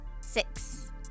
Six